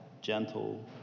gentle